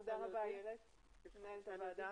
תודה רבה איילת, מנהלת הוועדה.